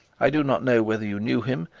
i do not know whether you knew him.